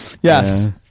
Yes